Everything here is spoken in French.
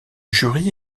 jury